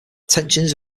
tensions